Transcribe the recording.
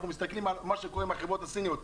אנחנו רואים מה קורה עם החברות הסיניות.